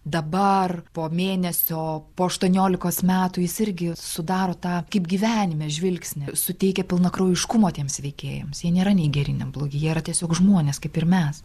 dabar po mėnesio po aštuoniolikos metų jis irgi sudaro tą kaip gyvenime žvilgsnį suteikia pilnakraujiškumo tiems veikėjams jie nėra nei geri nei blogi jie yra tiesiog žmonės kaip ir mes